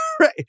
Right